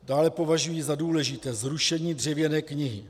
Dále považuji za důležité zrušení dřevěné knihy.